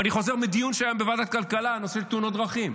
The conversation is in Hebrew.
ואני חוזר מדיון שהיה היום בוועדת בכלכלה בנושא של תאונות דרכים.